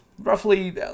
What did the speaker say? roughly